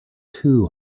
too